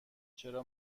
چرا